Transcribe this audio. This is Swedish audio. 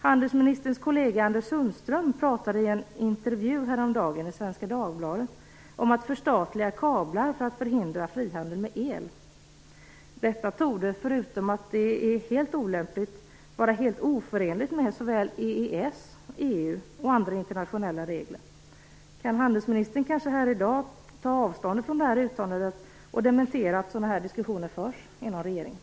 Handelsministerns kollega Anders Sundström pratade i en intervju härom dagen i Svenska Dagbladet om att förstatliga kablar för att förhindra frihandel med el. Detta torde, förutom att det är helt olämpligt, vara oförenligt med såväl EES och EU som andra internationella regler. Kan handelsministern kanske här i dag ta avstånd från detta uttalande och dementera att sådana här diskussioner förs inom regeringen?